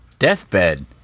deathbed